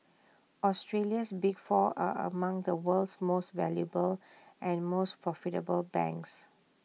Australia's big four are among the world's most valuable and most profitable banks